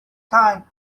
time